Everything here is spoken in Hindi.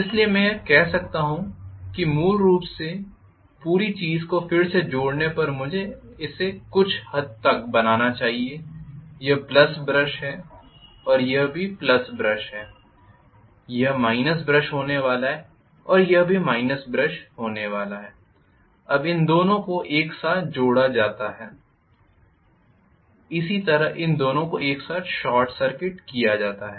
इसलिए मैं यह कह सकता हूं कि मूल रूप से सिर्फ पूरी चीज को फिर से जोड़ने पर मुझे इसे कुछ हद तक बनाना चाहिए यह प्लस ब्रश है और यह भी प्लस ब्रश है यह माइनस ब्रश होने वाला है और यह भी माइनस ब्रश होने वाला है अब इन दोनों को एक साथ जोड़ा जाता है इसी तरह इन दोनों को एक साथ शॉर्ट सर्किट किया जाता है